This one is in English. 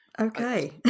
Okay